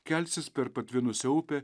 kelsis per patvinusią upę